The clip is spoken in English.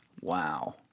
Wow